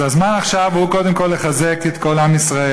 אז הזמן עכשיו הוא קודם כול לחזק את כל עם ישראל,